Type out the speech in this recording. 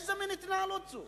איזה מין התנהלות זו?